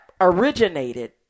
originated